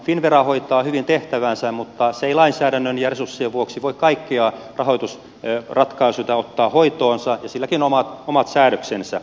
finnvera hoitaa hyvin tehtäväänsä mutta se ei lainsäädännön ja resurssien vuoksi voi kaikkia rahoitusratkaisuja ottaa hoitoonsa ja silläkin on omat säädöksensä